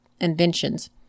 inventions